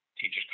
Teachers